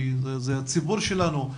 כי זה הציבור שלנו.